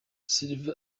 silva